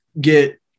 get